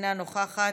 אינה נוכחת.